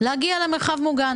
להגעה למרחב מוגן.